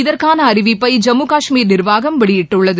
இதற்கான அறிவிப்பை ஜம்மு காஷ்மீர் நிர்வாகம் வெளியிட்டுள்ளது